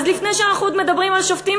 אז לפני שאנחנו מדברים על שופטים,